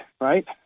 right